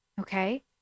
Okay